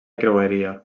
creueria